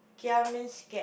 kia means scared